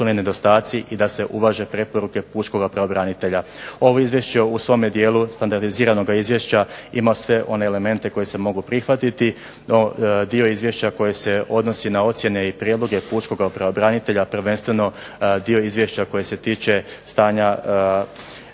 da se otklone nedostaci i da se uvaže preporuke pučkog pravobranitelja. Ovo izvješće u svome dijelu standardiziranoga izvješća ima sve one elemente koji se mogu prihvatiti no dio izvješća koji se odnosi na ocjene i prijedloge pučkog pravobranitelja, a prvenstveno dio izvješća koji se tiče stanja